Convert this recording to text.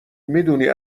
میدونی